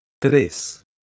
Tres